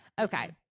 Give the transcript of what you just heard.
Okay